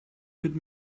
could